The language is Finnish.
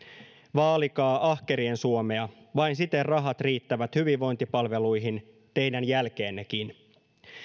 vaalikaa ahkerien suomea vain siten rahat riittävät hyvinvointipalveluihin teidän jälkeennekin